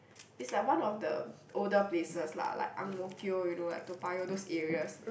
it's like one of the older places lah like Ang-Mo-Kio you know like Toa-Payoh those areas